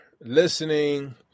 listening